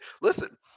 listen